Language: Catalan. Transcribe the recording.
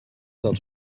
dels